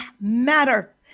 matter